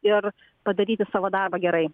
ir padaryti savo darbą gerai